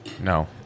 No